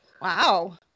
Wow